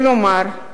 כלומר,